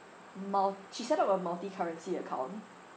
mul~ she set up a multi-currency account